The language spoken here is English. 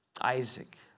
Isaac